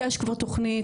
יש כבר תוכנית,